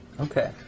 Okay